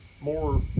more